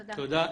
תודה.